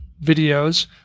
videos